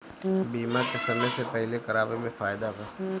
बीमा के समय से पहिले करावे मे फायदा बा